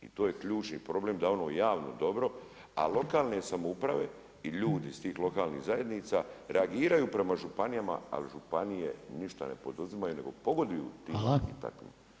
I to je ključni problem da ono javno dobro, a lokalne samouprave i ljudi iz tih lokalnih zajednica reagiraju prema županijama, ali županije ništa ne poduzimaju, nego pogoduju tim i takvim.